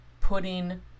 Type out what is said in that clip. putting